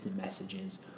messages